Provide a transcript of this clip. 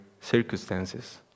circumstances